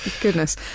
goodness